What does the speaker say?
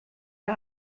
der